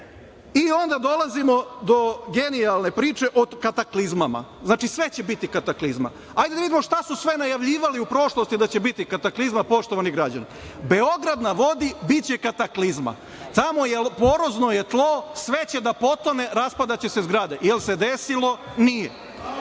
onda dolazimo do genijalne priče o kataklizmama. Znači, sve će biti kataklizma. Hajde da vidimo šta su sve najavljivali u prošlosti da će biti kataklizma, poštovani građani. Beograd na vodi biće kataklizma, tamo je porozno tlo, sve će da potone, raspadaće se zgrade. Da li se desilo?